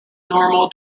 normal